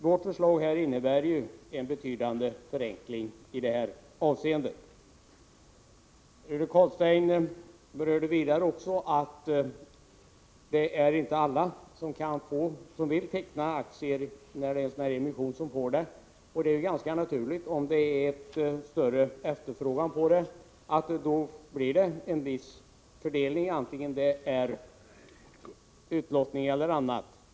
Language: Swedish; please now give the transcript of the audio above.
Vårt förslag innebär en betydande förenkling i Tisdagen den detayssender 11 december 1984 Rune Carlstein berörde vidare att det inte är alla som vill teckna aktier vid en emission som kan få det. Det är ganska naturligt, om det är större Anställdas förvärv efterfrågan på aktierna än tillgång, att det blir en viss fördelning — antingen — 4 aktier i vissa fall, genom lottning eller på annat sätt.